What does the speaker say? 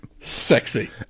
Sexy